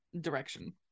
Direction